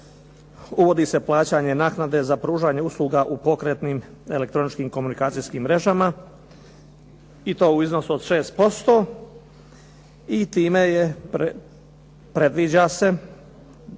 uvodi se plaćanje naknade za pružanje usluga u pokretnim elektroničkim komunikacijskim mrežama i to u iznosu od 6% i time se predviđa da